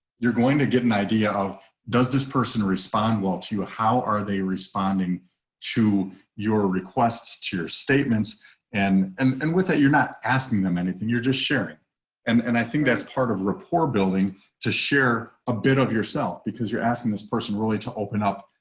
you're going to get an idea of does this person respond well to a. how are they responding to your requests to your statements and and and with that you're not asking them anything. you're just sharing and, and i think that's part of rapport building to share a bit of yourself because you're asking this person really to open up